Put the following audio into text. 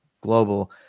global